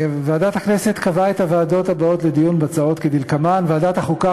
ועדת הכנסת קבעה את הוועדות הבאות לדיון בהצעות כדלקמן: ועדת החוקה,